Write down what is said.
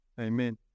Amen